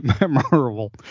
Memorable